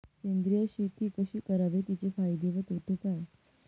सेंद्रिय शेती कशी करावी? तिचे फायदे तोटे काय?